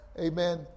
amen